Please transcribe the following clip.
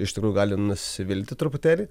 iš tikrųjų gali nusivilti truputėlį